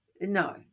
no